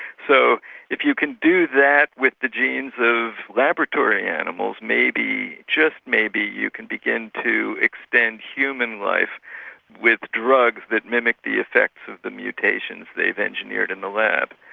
so if you can do that with the genes of laboratory animals, maybe, just maybe, you can begin to extend human life with drugs that mimic the effects of the mutations they've engineered in the lab.